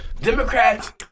Democrats